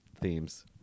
themes